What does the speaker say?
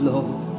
Lord